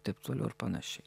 taip toliau ir panašiai